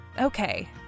okay